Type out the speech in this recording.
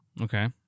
Okay